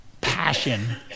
passion